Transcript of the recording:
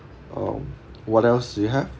um what else do you have